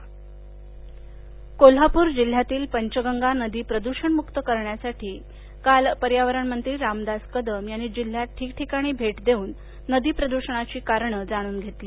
कदम कोल्हापूर जिल्हयातील पंचगंगा नदी प्रदृषणमुक्त करण्यासाठी काल पर्यावरण मंत्री रामदास कदम यांनी जिल्ह्यात ठिकठिकाणी भेटी देवून नदी प्रदृषणाची कारण जाणून घेतली